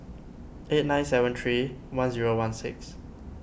eight nine seven three one zero one six